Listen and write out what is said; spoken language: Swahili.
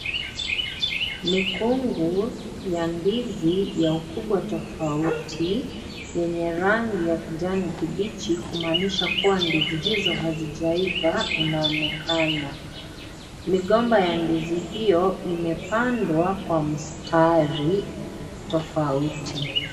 Mikungu ya ndizi ya ukubwa tofauti yenye rangi ya kijani kibichi kumanisha kuwa ndizi hizo hazijaiva inaonekana, migomba ya ndizi hiyo imepandwa kwa mstari tofauti.